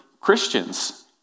Christians